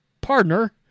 partner